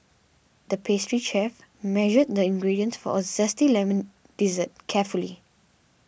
the pastry chef measured the ingredients for a Zesty Lemon Dessert carefully